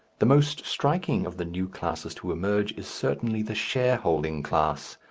the most striking of the new classes to emerge is certainly the shareholding class,